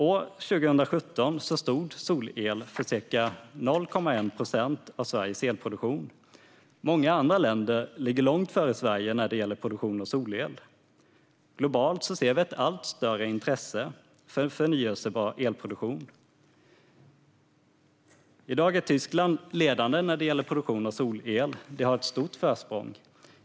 År 2017 stod solel för ca 0,1 procent av Sveriges elproduktion. Många andra länder ligger långt före Sverige när det gäller produktion av solel. Globalt ser vi ett allt större intresse för förnybar elproduktion. I dag är Tyskland ledande när det gäller produktion av solel. De har ett stort försprång.